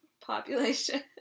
population